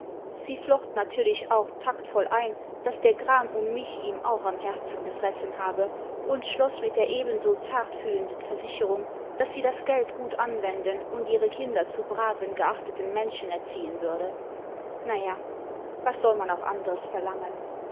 sie flocht natürlich auch taktvoll ein daß der gram um mich ihm auch am herzen gefressen habe und schloß mit der ebenso zartfühlenden versichenmg daß sie das geld gut anwenden und ihre kinder zu braven geachteten menschen erziehen würde na ja was soll man auch andres verlangen